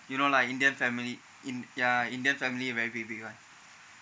you know lah indian family in~ ya indian family very big one